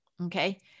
okay